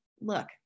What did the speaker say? look